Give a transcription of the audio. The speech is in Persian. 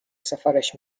سفارش